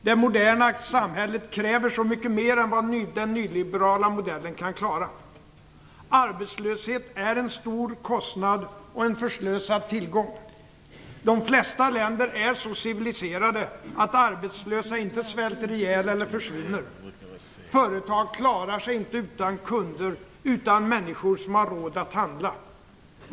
Det moderna samhället kräver så mycket mer än vad den nyliberala modellen kan klara. Arbetslöshet är en stor kostnad och en förslösad tillgång. De flesta länder är så civiliserade att arbetslösa inte svälter ihjäl eller försvinner. Företag klarar sig inte utan kunder, utan människor som har råd att handla.